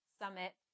Summit